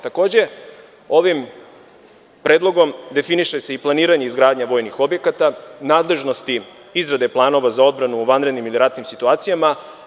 Takođe, ovim predlogom definiše se i planiranje i izgradnja vojnih objekata, nadležnosti izrade planova za odbranu u vanrednim ili ratnim situacijama.